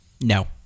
No